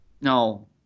No